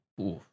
Oof